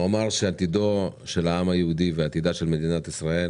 הוא אמר שעתידו של העם היהודי ועתידה של מדינת ישראל